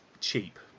cheap